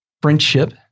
Friendship